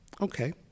Okay